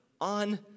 on